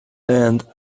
end